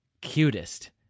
cutest